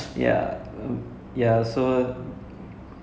oh okay okay you have paid more for the mutton some more